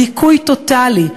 בדיכוי טוטלי,